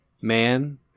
Man